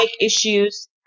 issues